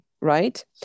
Right